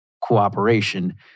cooperation